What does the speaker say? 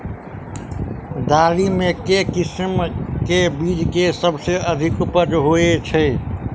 दालि मे केँ किसिम केँ बीज केँ सबसँ अधिक उपज होए छै?